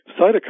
cytokines